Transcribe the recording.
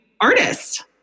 artist